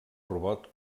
robot